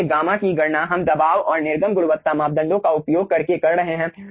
इसलिए गामा की गणना हम दबाव और निर्गम गुणवत्ता मापदंडों का उपयोग करके कर रहे हैं